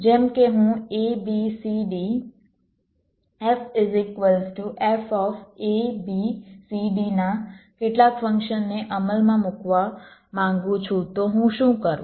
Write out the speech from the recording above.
જેમ કે હું ABCD F fA B C D ના કેટલાક ફંક્શનને અમલમાં મૂકવા માંગુ છું તો હું શું કરું